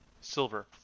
Silver